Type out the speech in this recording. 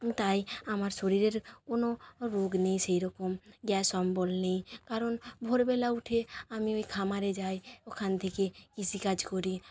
তাই আমার শরীরের কোনো রোগ নেই সেই রকম গ্যাস অম্বল নেই কারণ ভোরবেলা উঠে আমি ওই খামারে যাই ওখান থেকে থেকে কৃষিকাজ করি